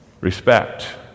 Respect